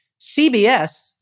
CBS